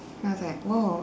I was like !wow!